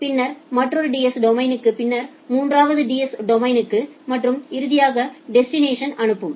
பின்னர் மற்றொரு டிஎஸ் டொமைனுக்கு பின்னர் மூன்றாவது டிஎஸ் டொமைனுக்கு மற்றும் இறுதியாக டெஸ்டினேஷனுக்கு அனுப்பும்